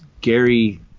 Gary